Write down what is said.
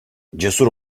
cesur